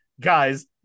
guys